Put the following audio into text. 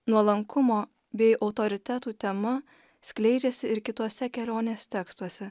nuolankumo bei autoritetų tema skleidžiasi ir kituose kelionės tekstuose